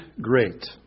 great